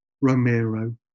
Romero